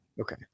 Okay